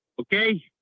Okay